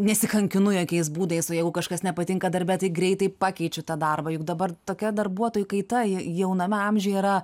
nesikankinu jokiais būdais o jeigu kažkas nepatinka darbe tai greitai pakeičiu tą darbą juk dabar tokia darbuotojų kaita jauname amžiuje yra